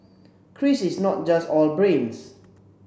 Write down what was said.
Chris is not just all brains